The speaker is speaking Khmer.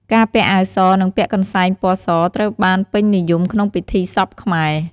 ការពាក់អាវស និងពាក់កន្សែងពណ៌សត្រូវបានពេញនិយមក្នុងពិធីសពខ្មែរ។